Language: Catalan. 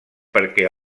perquè